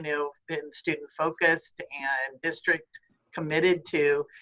know, been student focused and district committed to,